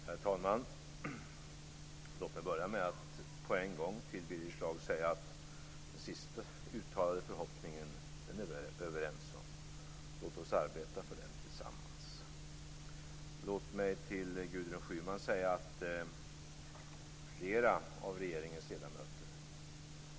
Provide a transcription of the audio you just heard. Herr talman! Låt mig börja med att på en gång till Birger Schlaug säga att den sist uttalade förhoppningen är vi överens om. Låt oss arbeta för den tillsammans! Låt mig till Gudrun Schyman säga att flera av regeringens ledamöter, t.ex.